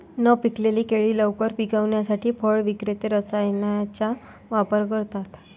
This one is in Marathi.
न पिकलेली केळी लवकर पिकवण्यासाठी फळ विक्रेते रसायनांचा वापर करतात